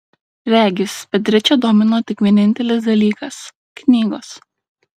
regis beatričę domino tik vienintelis dalykas knygos